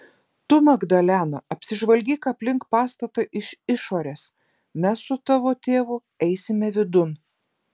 tu magdalena apsižvalgyk aplink pastatą iš išorės mes su tavo tėvu eisime vidun